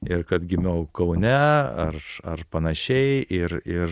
ir kad gimiau kaune ar ar panašiai ir ir